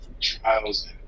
trials